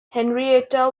henrietta